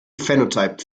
phenotype